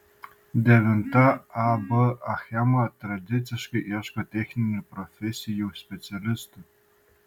devinta ab achema tradiciškai ieško techninių profesijų specialistų